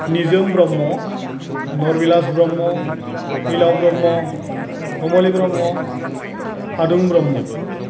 Nijom Brahma Narbilas Brahma Phailao Brahma Khamli Brahma Hadung Brahma